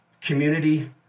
community